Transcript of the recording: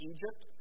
Egypt